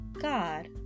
God